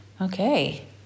Okay